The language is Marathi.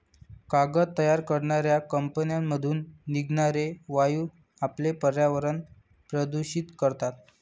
कागद तयार करणाऱ्या कंपन्यांमधून निघणारे वायू आपले पर्यावरण प्रदूषित करतात